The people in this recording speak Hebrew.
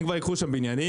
הם ישכרו שם בניינים,